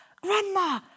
Grandma